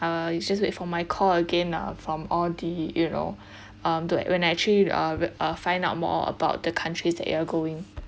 uh you just wait for my call again lah from all the you know um to when I actually uh uh find out more about the countries that you are going